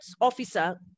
officer